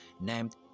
named